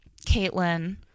Caitlin